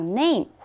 name